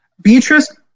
Beatrice